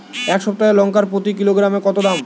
এই সপ্তাহের লঙ্কার প্রতি কিলোগ্রামে দাম কত?